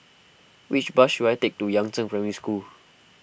which bus should I take to Yangzheng Primary School